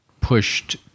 pushed